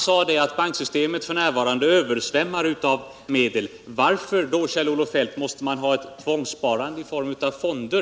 Han sade att banksystemet f. n. är översvämmat av medel. Varför måste man då, Kjell-Olof Feldt, ha ett tvångssparande i form av löntagarfonder?